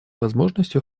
возможностью